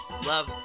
love